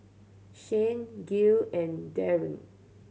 Shane Gayle and Daren